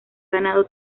ganado